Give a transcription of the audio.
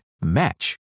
match